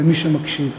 למי שמקשיב: